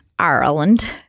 Ireland